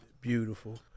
beautiful